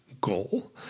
goal